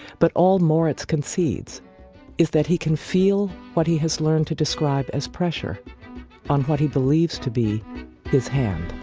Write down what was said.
but all moritz concedes is that he can feel what he has learned to describe as pressure on what he believes to be his hand